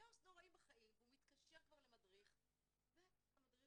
הוא מתקשר כבר למדריך והמדריך